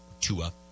Tua